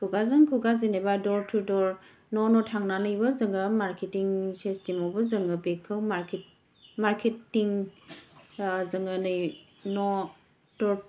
खुगाजों खुगा जेनेबा दर टु दर न' न' थांनानैबो जोङो मारकेटिं सिस्टेमावबो जोङो बेखौ मारकेटिं जोङो नै न' दर